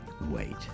wait